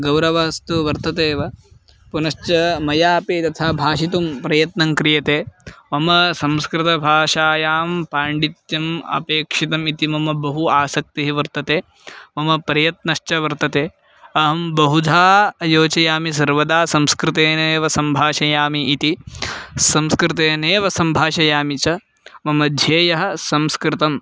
गौरवस्तु वर्तते एव पुनश्च मयापि तथा भाषितुं प्रयत्नं क्रियते ममा संस्कृतभाषायां पाण्डित्यम् अपेक्षितम् इति मम बहु आसक्तिः वर्तते मम प्रयत्नश्च वर्तते अहं बहुधा योचयामि सर्वदा संस्कृतेनैव सम्भाषयामि इति संस्कृतेनैव सम्भाषयामि च मम ध्येयः संस्कृतं